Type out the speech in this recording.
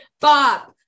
Bob